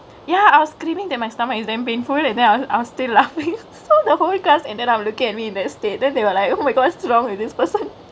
ya I was screamingk that my stomach is damn painful then time I was I was still laughingk so the whole class ended up lookingk at me in that state then they were like oh my god what's wrongk with this person